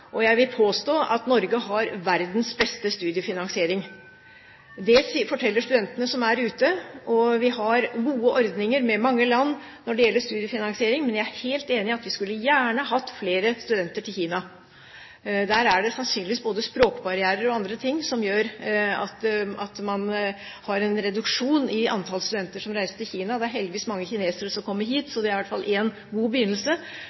Jeg vil påstå at Norge har verdens beste studiefinansiering. Det forteller studentene som er ute, og vi har gode ordninger med mange land når det gjelder studiefinansiering. Men jeg er helt enig i at vi skulle gjerne hatt flere studenter til Kina. Det er sannsynligvis både språkbarrierer og andre ting som gjør at man har en reduksjon i antallet studenter som reiser til Kina. Det er heldigvis mange kinesere som kommer hit – det er i hvert fall en god begynnelse.